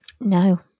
No